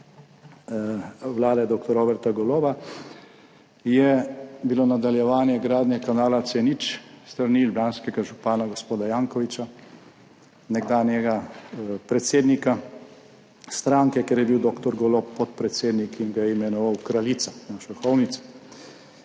vlade dr. Roberta Goloba, je bilo nadaljevanje gradnje kanala C0 s strani ljubljanskega župana gospoda Jankovića, nekdanjega predsednika stranke, v kateri je bil dr. Golob podpredsednik in ga je imenoval kraljica na šahovnici.